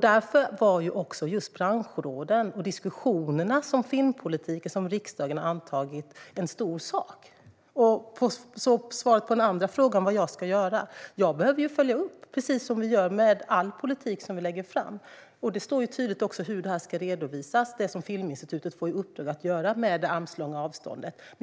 Därför var branschråden och diskussionerna om den filmpolitik som riksdagen har antagit en stor sak. När det gäller svaret på den andra frågan, vad jag ska göra, behöver jag följa upp, precis som vi gör med all politik vi lägger fram. Det står tydligt hur det som Filminstitutet, med armlängds avstånd, får i uppdrag att göra ska redovisas.